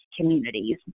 communities